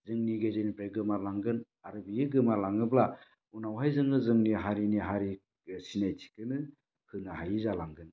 जोंनि गेजेरनिफ्राय गोमोरलांगोन आरो बियो गोमालाङोब्ला उनावहाय जोङो जोंनि हारिनि हारि सिनायथिखोनो होनो हायि जालांगोन